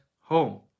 home